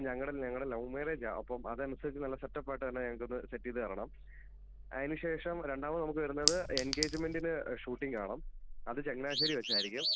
ഞങ്ങളുടെ ഞങ്ങളുടെ ലൗ മാരേജാ അപ്പം അതനുസരിച്ച് നല്ല സെറ്റപ്പായിട്ട് തന്നെ ഞങ്ങൾക്കൊന്ന് സെറ്റ് ചെയ്ത് തരണം അതിനുശേഷം രണ്ടാമത് നമുക്ക് വരുന്നത് എൻഗേജ്മെൻ്റിന് ഷൂട്ടിംഗ് വേണം അത് ചങ്ങനാശ്ശേരി വെച്ചായിരിക്കും